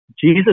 Jesus